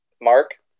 Mark